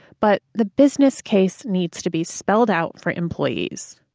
but the business case needs to be spelled out for employees